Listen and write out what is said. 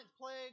plague